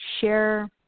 share